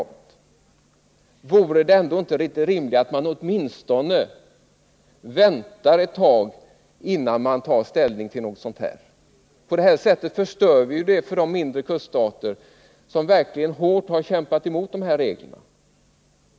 Vore det inte rimligare att åtminstone vänta ett tag innan vi tar ställning till någonting sådant? På det här sättet förstör vi ju också för de mindre kuststater som verkligen hårt har kämpat emot de här reglerna.